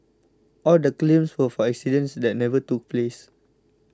all the claims were for accidents that never took place